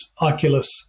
Oculus